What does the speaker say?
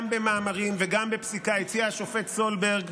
גם במאמרים וגם בפסיקה, הציע השופט סולברג